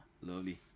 lovely